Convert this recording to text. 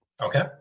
okay